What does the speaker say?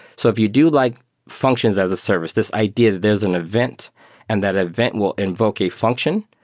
so if you do like functions as a service, this idea that there is an event and that event will invoke a function,